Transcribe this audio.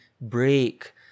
break